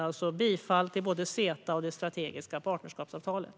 Jag yrkar alltså bifall till både CETA och det strategiska partnerskapsavtalet.